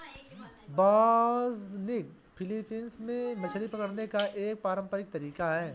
बासनिग Philippines में मछली पकड़ने का एक पारंपरिक तरीका है